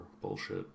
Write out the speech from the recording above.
bullshit